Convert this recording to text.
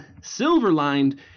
Silverlined